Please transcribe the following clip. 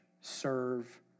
serve